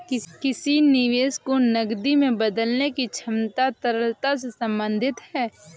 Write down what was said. किसी निवेश को नकदी में बदलने की क्षमता तरलता से संबंधित है